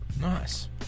Nice